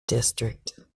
district